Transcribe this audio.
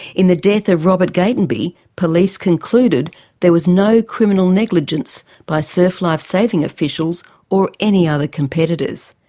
in the death of robert gatenby, police concluded there was no criminal negligence by surf life saving officials or any other competitors.